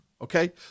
Okay